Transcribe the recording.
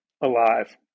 alive